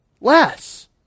less